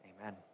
Amen